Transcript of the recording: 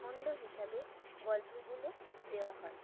খণ্ড হিসাবে গল্পগুলো দেওয়া হয়